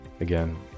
Again